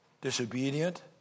disobedient